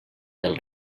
del